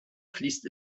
fließt